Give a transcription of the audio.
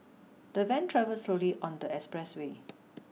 the van travelled slowly on the expressway